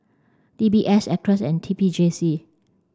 D B S Acres and T P J C